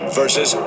versus